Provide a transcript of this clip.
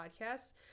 podcasts